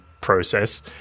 process